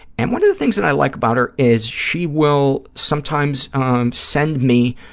and one of the things that i like about her is she will sometimes send me